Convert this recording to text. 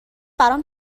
برام